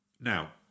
now